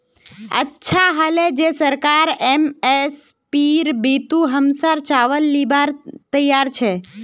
अच्छा हले जे सरकार एम.एस.पीर बितु हमसर चावल लीबार तैयार छ